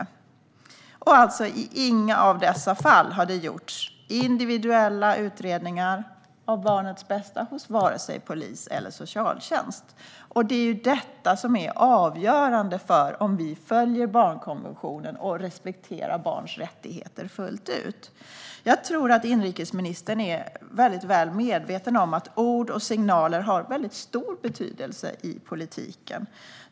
Inte i något av dessa fall har vare sig polis eller socialtjänst gjort individuella utredningar av barnets bästa. Just detta är avgörande för om vi följer barnkonventionen och respekterar barns rättigheter fullt ut. Jag tror att inrikesministern är väl medveten om att ord och signaler har stor betydelse i politiken.